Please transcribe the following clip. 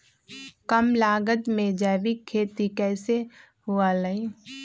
कम लागत में जैविक खेती कैसे हुआ लाई?